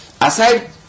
aside